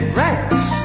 rash